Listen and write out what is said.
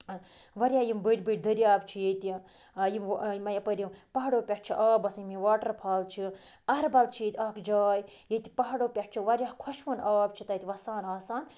واریاہ یِم بٔڑۍ بٔڑۍ دٔریاب چھِ ییٚتہِ یِمَے یَپٲرۍ یِم پہاڑو پٮ۪ٹھ چھُ آب وسان یِم یِم واٹرفال چھِ اہربل چھِ ییٚتہِ اَکھ جاے ییٚتہِ پہاڑو پٮ۪ٹھ چھِ واریاہ خۄشوُن آب چھِ تَتہِ وَسان آسان